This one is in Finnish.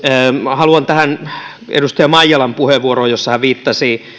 haluan sanoa jotain edustaja maijalan puheenvuoroon jossa hän viittasi